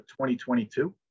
2022